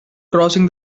crossing